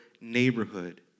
neighborhood